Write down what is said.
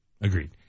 Agreed